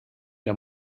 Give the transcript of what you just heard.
der